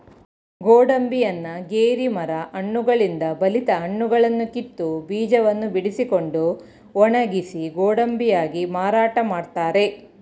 ಗೋಡಂಬಿಯನ್ನ ಗೇರಿ ಮರ ಹಣ್ಣುಗಳಿಂದ ಬಲಿತ ಹಣ್ಣುಗಳನ್ನು ಕಿತ್ತು, ಬೀಜವನ್ನು ಬಿಡಿಸಿಕೊಂಡು ಒಣಗಿಸಿ ಗೋಡಂಬಿಯಾಗಿ ಮಾರಾಟ ಮಾಡ್ತರೆ